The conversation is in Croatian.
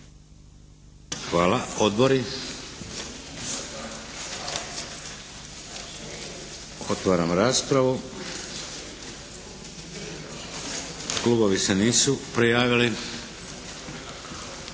Hvala. Odbori? Otvaram raspravu. Klubovi se nisu prijavili.